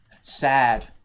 Sad